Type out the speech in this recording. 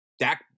Dak